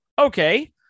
Okay